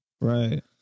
Right